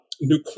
new